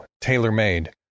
tailor-made